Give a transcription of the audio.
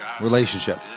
relationship